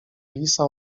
lisa